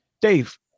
Dave